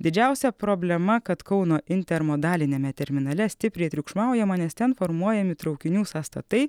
didžiausia problema kad kauno intermodaliniame terminale stipriai triukšmaujama nes ten formuojami traukinių sąstatai